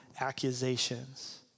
accusations